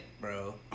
bro